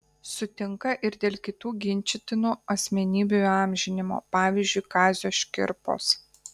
sutinka ir dėl kitų ginčytinų asmenybių įamžinimo pavyzdžiui kazio škirpos